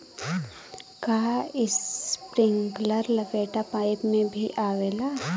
का इस्प्रिंकलर लपेटा पाइप में भी आवेला?